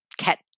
cat